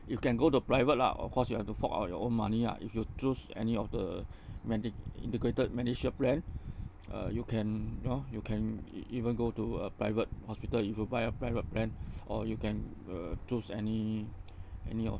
you can go to private lah of course you have to fork out your own money ah if you choose any of the medic integrated medishield plan uh you can you know you can e~ even go to a private hospital if you buy a private plan or you can uh choose any any of